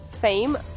fame